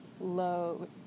low